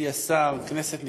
ידידי השר, כנסת נכבדה,